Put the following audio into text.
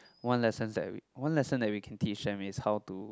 one lessons that we one lesson that we can teach them is how to